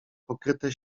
pokryte